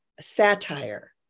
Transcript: satire